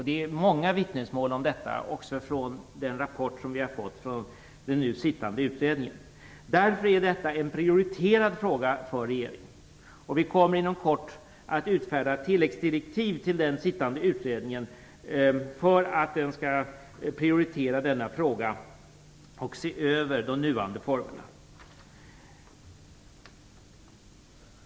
Det finns många vittnesmål om detta, även från den rapport som vi fått från den nu sittande utredningen. Därför är detta en prioriterad fråga för regeringen. Vi kommer inom kort att utfärda tilläggsdirektiv till den pågående utredningen för att den skall prioritera denna fråga och se över de nuvarande formerna.